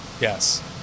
Yes